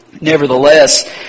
Nevertheless